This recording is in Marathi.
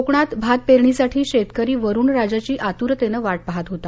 कोकणात भात पेरणीसाठी शेतकरी वरुण राजाची आतुरतेनं वाट पाहत होता